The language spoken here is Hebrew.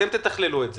אתם תתכללו את זה,